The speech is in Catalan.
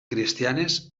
cristianes